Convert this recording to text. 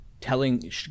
telling